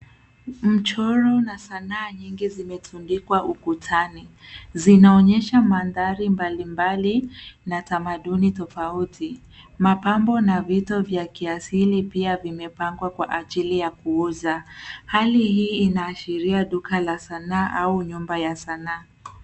Mchoro na sanaa nyingi zimetandikwa ukutani, zinaonyesha maanthari mbali mbali na tamaduni tofauti. Mapambo na viito vya kihasili pia vimepangwa kwa ajili ya kuuza, hali hii inahashiria duka la sanaa au nyumba ya sanaa.